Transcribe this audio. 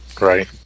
Right